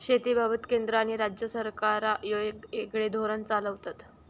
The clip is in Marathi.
शेतीबाबत केंद्र आणि राज्य सरकारा येगयेगळे धोरण चालवतत